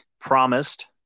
promised